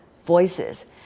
voices